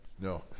no